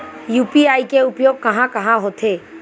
UPI के उपयोग कहां कहा होथे?